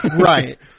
Right